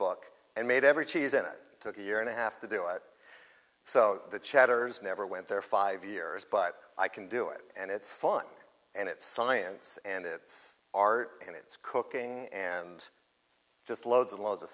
book and made every cheese and it took a year and a half to do it so the chatters never went there five years but i can do it and it's fun and it's science and it's art and it's cooking and just loads and loads of